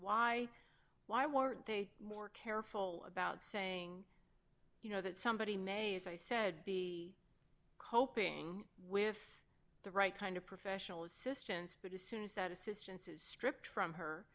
why why weren't they more careful about saying you know that somebody may as i said be coping with the right kind of professional assistance but as soon as that assistance is stripped from her